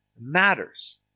matters